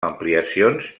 ampliacions